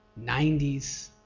90s